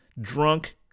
drunk